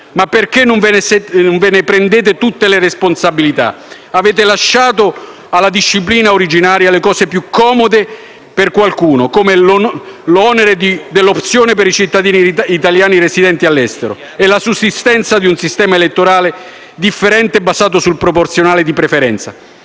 ma perché non ve ne prendete tutte le responsabilità? Avete lasciato alla disciplina originaria le cose più comode per qualcuno, come l'onere dell'opzione per i cittadini residenti all'estero e la sussistenza di un sistema elettorale differente basato sul proporzionale di preferenza.